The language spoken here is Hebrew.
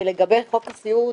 ולגבי חוק הסיעוד,